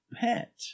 pet